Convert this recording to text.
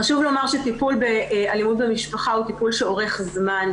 חשוב לומר שטיפול באלימות במשפחה הוא טיפול שאורך זמן,